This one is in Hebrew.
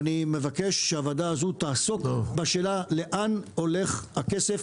ואני מבקש שהוועדה הזו תעסוק בשאלה לאן הולך הכסף,